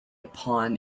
upon